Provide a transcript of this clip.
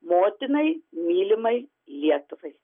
motinai mylimai lietuvai